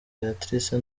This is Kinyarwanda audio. beatrice